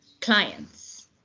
clients